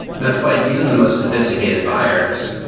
that's why even the most sophisticated buyers,